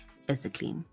physically